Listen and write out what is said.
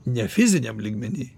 ne fiziniam lygmenyj